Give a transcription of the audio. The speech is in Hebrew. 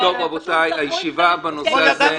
מה הבעיה?